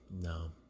No